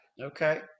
Okay